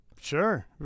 sure